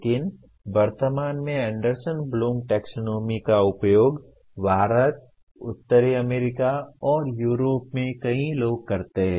लेकिन वर्तमान में एंडरसन ब्लूम टैक्सोनॉमी का उपयोग भारत उत्तरी अमेरिका और यूरोप में कई लोग करते हैं